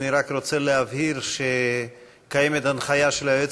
אני רק רוצה להבהיר: יש הנחיה של היועץ